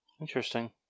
Interesting